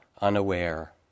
unaware